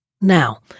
Now